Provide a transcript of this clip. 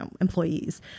employees